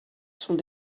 sont